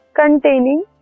containing